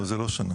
לא, זה לא שנה.